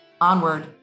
onward